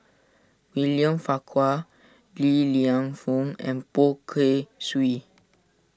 William Farquhar Li Lienfung and Poh Kay Swee